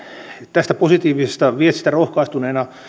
tästä positiivisesta viestistä rohkaistuneena